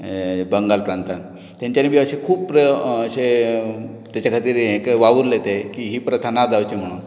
बंगाल प्रांतांत तेंच्यानीं बी अशें खूब प्रय अशे तेंच्या खातीर वावुरलें ते की ही प्रथा ना जावची म्हणून